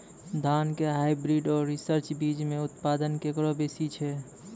धान के हाईब्रीड और रिसर्च बीज मे उत्पादन केकरो बेसी छै?